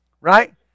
right